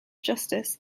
justice